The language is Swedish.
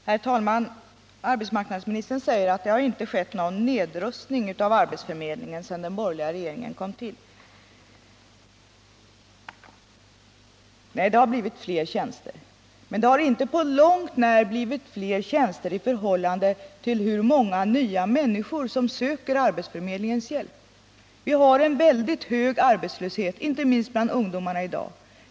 Herr talman! Arbetsmarknadsministern säger att det inte har skett någon nedrustning av arbetsförmedlingen sedan den borgerliga regeringen kom till. Nej, det har blivit fler tjänster. Men det har inte på långt när blivit fler tjänster i förhållande till hur många nya människor som söker arbetsförmedlingens hjälp. Vi har en mycket hög arbetslöshet i dag, inte minst bland ungdomarna.